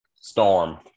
Storm